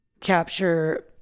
capture